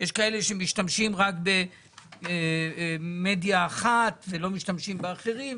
יש כאלה שמשתמשים רק במדיה אחת ולא משתמשים באחרים.